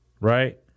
right